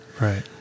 right